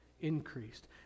increased